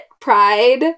pride